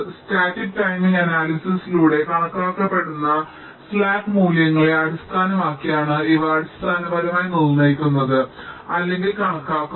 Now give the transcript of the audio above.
static timing അനാലിസിസിലൂടെ കണക്കാക്കപ്പെടുന്ന slack മൂല്യങ്ങളെ അടിസ്ഥാനമാക്കിയാണ് ഇവ അടിസ്ഥാനപരമായി നിർണ്ണയിക്കുക അല്ലെങ്കിൽ കണക്കാക്കുന്നത്